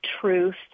truth